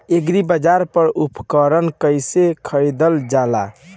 एग्रीबाजार पर उपकरण कइसे खरीदल जाला?